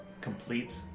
complete